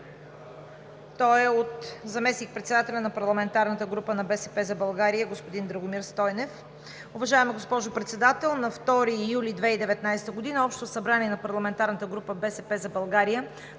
То е от заместник-председателя на парламентарната група на „БСП за България“ господин Драгомир Стойнев: „Уважаема госпожо Председател, на 2 юли 2019 г. Общото събрание на парламентарната група на „БСП за България“